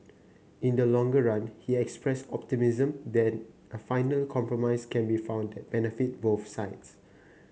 in the longer run he expressed optimism that a final compromise can be found that benefit both sides